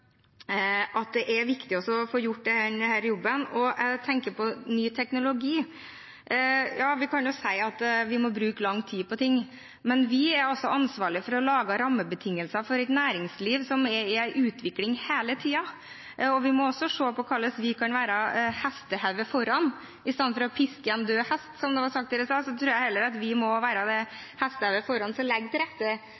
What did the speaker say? tror det er viktig å få gjort denne jobben, og jeg tenker på ny teknologi. Ja, vi kan si at vi må bruke lang tid på ting, men vi er ansvarlige for å lage rammebetingelser for et næringsliv som er i utvikling hele tiden, og vi må også se på hvordan vi kan ligge et hestehode foran. I stedet for å piske en død hest, som det ble sagt her i stad, tror jeg at vi må